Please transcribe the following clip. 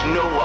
no